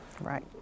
right